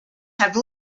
have